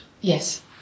Yes